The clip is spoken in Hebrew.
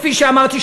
כפי שאמרתי,